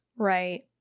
right